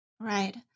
Right